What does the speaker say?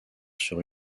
sur